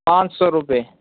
پانچ سو روپے